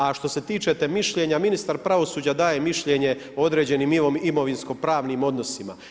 A što se tičete mišljenja, ministar pravosuđa daje mišljenje o određenim imovinsko pravnim odnosima.